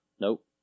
Nope